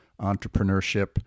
entrepreneurship